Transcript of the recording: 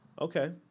Okay